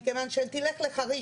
מכיוון שתלך לחריש,